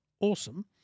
awesome